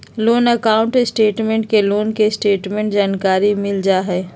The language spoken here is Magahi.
लोन अकाउंट स्टेटमेंट से लोन के स्टेटस के जानकारी मिल जाइ हइ